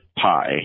pie